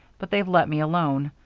but they've let me alone.